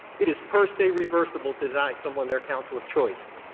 it is per se reversible to deny someone their counsel of choice.